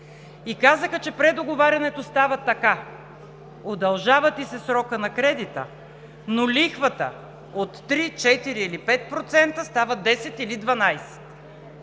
И казаха, че предоговарянето става така: удължава ти се срокът на кредита, но лихвата от 3, 4 или 5% става 10 или 12,